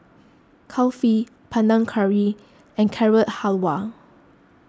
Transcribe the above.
Kulfi Panang Curry and Carrot Halwa